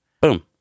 boom